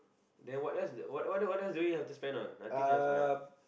then what else what else do we have to spend on nothing else right